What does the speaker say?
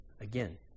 Again